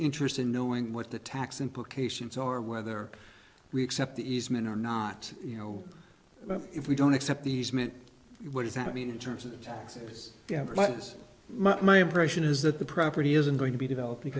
interest in knowing what the tax implications are whether we accept the easement or not you know but if we don't accept these men what does that mean in terms of taxes but my impression is that the property isn't going to be developing